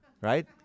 right